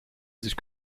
sich